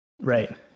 right